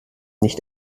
nicht